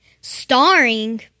starring